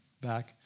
back